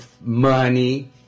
money